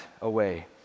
away